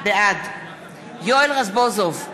בעד יואל רזבוזוב,